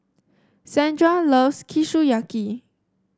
Sandra loves Kushiyaki